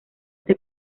este